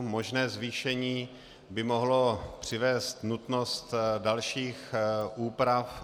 Možné zvýšení by mohlo přivést nutnost dalších úprav.